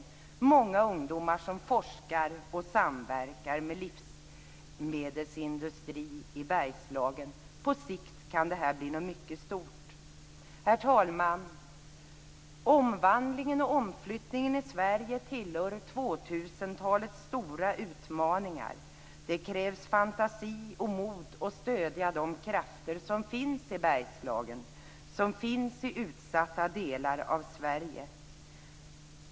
Det är många ungdomar som forskar och samverkar med livsmedelsindustrin i Bergslagen. På sikt kan det här bli något mycket stort. Herr talman! Omvandlingen och omflyttningen i Sverige tillhör 2000-talets stora utmaningar. Det krävs fantasi och mod för att stödja de krafter som finns i Bergslagen, som finns i utsatta delar av Sverige.